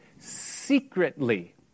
secretly